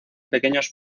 pequeños